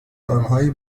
آنهایی